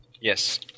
Yes